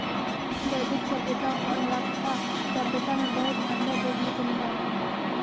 वैदिक सभ्यता और हड़प्पा सभ्यता में बहुत अन्तर देखने को मिला है